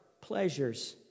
pleasures